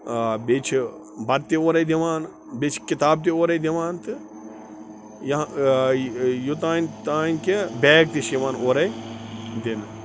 بیٚیہِ چھِ بَتہٕ تہِ اورَے دِوان بیٚیہِ چھِ کِتاب تہِ اورَے دِوان تہٕ یا یوٚتام تام کہِ بیگ تہِ چھِ یِوان اورَے دِنہٕ